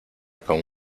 con